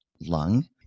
lung